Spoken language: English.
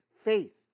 faith